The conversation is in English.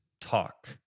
talk